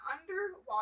underwater